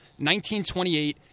1928